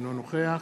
אינו נוכח